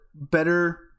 better